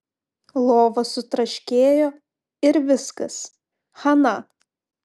lova sutraškėjo ir viskas chana